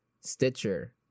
Stitcher